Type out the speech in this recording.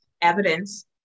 evidence